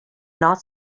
not